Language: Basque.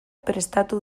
prestatu